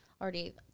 already